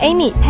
Amy